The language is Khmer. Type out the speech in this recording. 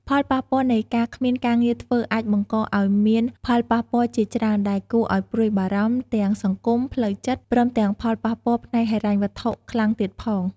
ផលប៉ះពាល់នៃការគ្មានការងារធ្វើអាចបង្កឱ្យមានផលប៉ះពាល់ជាច្រើនដែលគួរឱ្យព្រួយបារម្ភ ទាំងសង្គម ផ្លួវចិត្ត ព្រមទាំងផលប៉ះពាល់ផ្នែកហិរញ្ញវត្ថុខ្លាំងទៀតផង។